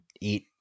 eat